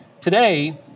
Today